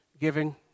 giving